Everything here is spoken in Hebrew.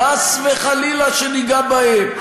הוועדה הספציפית הזאת, חס וחלילה שניגע בהם.